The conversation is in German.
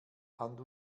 hand